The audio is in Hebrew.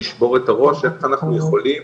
נשבור את הראש איך אנחנו יכולים